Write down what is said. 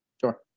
Sure